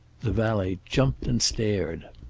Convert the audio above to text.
the valet jumped and stared.